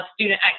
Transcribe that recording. student